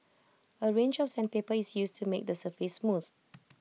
A range of sandpaper is used to make the surface smooth